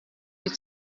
wyt